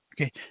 Okay